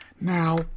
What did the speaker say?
Now